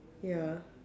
ya